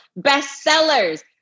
bestsellers